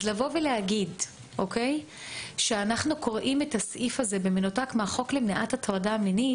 אז להגיד שאנחנו קוראים את הסעיף הזה במנותק מהחוק למניעת הטרדה מינית